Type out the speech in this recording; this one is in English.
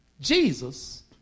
Jesus